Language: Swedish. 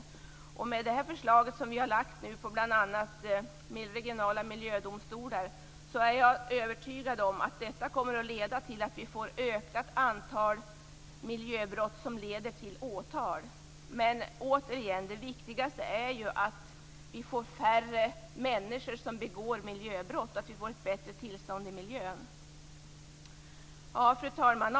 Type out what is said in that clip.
Jag är övertygad om att det förslag som vi nu har lagt, bl.a. om regionala miljödomstolar, kommer att innebära att ett ökat antal miljöbrott leder till åtal. Men återigen är det viktigaste att färre människor begår miljöbrott och att vi får ett bättre tillstånd i miljön. Fru talman!